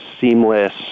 seamless